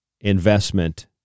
investment